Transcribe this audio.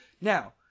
Now